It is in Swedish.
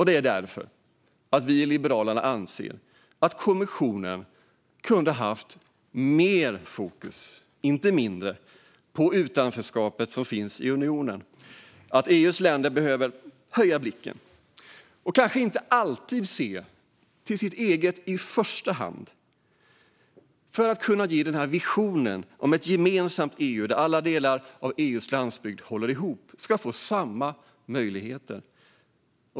Det är därför vi i Liberalerna anser att kommissionen kunde ha haft mer fokus, inte mindre, på utanförskapet som finns i unionen. EU:s länder behöver höja blicken och kanske inte alltid se till sitt eget i första hand för att kunna genomföra visionen om ett gemensamt EU där alla delar, även landsbygden, håller ihop och får samma möjligheter.